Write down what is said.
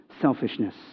selfishness